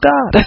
God